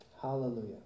Hallelujah